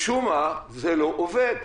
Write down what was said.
משום מה זה לא עובד,